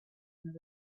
and